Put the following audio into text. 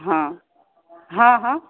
हँ हँ हँ